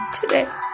today